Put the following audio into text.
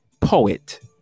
poet